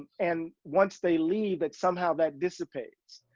and once they leave that somehow that dissipates.